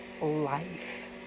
life